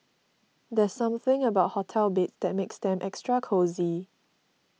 there's something about hotel beds that makes them extra cosy